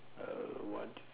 uh what's